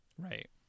right